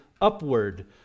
upward